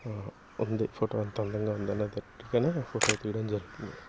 ఉంది ఫోటో అంత అందంగా ఉందనట్టుగానే ఫోటో తీయడం జరుగుతుంది